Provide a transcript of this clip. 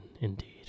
indeed